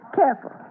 careful